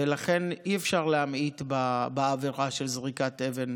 ולכן אי-אפשר להמעיט בעבירה של זריקת אבן